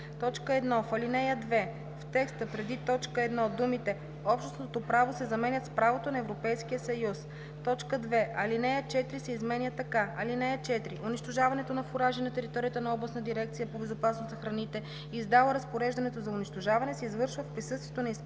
1. В ал. 2 в текста преди т. 1 думите „общностното право“ се заменят с „правото на Европейския съюз“. 2. Алинея 4 се изменя така: „(4) Унищожаването на фуражи на територията на областната дирекция по безопасност на храните, издала разпореждането за унищожаване, се извършва в присъствието на инспектор